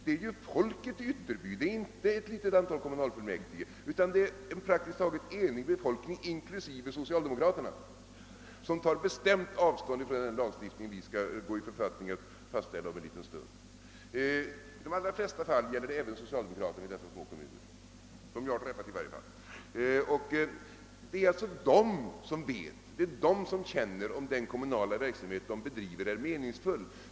Det är ju en praktiskt taget enig befolkning i Ytterby inklusive socialdemokraterna — inte ett litet antal kommunalmän — som bestämt tar avstånd från den lagstiftning vi skall fastställa om en liten stund. I de allra flesta fall gäller det även socialdemokraterna i dessa små kommuner — i alla händelser dem jag har träffat. Det är de som känner om den kommunala verksamhet de bedriver är meningsfull.